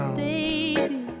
baby